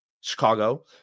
Chicago